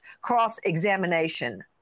cross-examination